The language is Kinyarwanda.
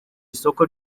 isoko